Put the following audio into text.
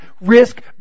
risk